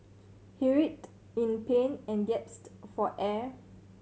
he writhed in pain and gasped for air